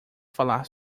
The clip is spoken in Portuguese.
falar